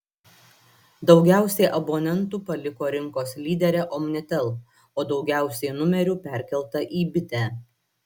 daugiausiai abonentų paliko rinkos lyderę omnitel o daugiausiai numerių perkelta į bitę